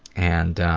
and.